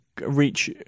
reach